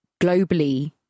globally